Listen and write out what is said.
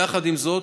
יחד עם זאת,